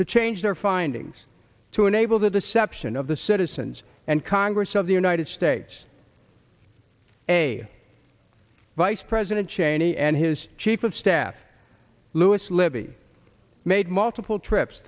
to change their findings to enable the deception of the citizens and congress of the united states a vice president cheney and his chief of staff lewis libby made multiple trips